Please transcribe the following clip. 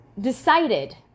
decided